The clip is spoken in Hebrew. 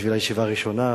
בשביל הישיבה הראשונה,